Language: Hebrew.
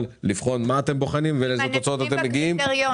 לבחון מה אתם בוחנים ולאיזה תוצאות אתם מגיעים